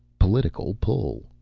political pull!